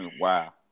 Wow